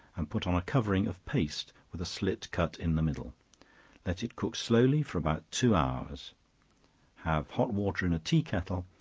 and put on a covering of paste, with a slit cut in the middle let it cook slowly for about two hours have hot water in a tea kettle,